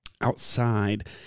Outside